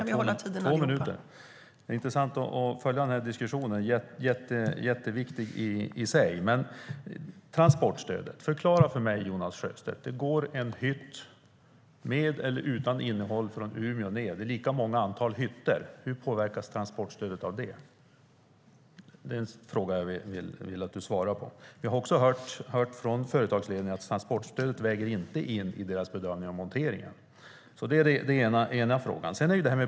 Fru talman! Det är intressant att följa den här diskussionen. Den är i sig jätteviktig. Om det går en hytt med eller utan innehåll från Umeå och söderut och det är lika många hytter, förklara då för mig, Jonas Sjöstedt, hur transportstödet påverkas av det! Jag har också hört från företagsledningen att transportstödet inte vägs in i bedömningarna när det gäller monteringen.